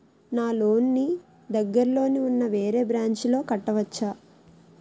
నా లోన్ నీ దగ్గర్లోని ఉన్న వేరే బ్రాంచ్ లో కట్టవచా?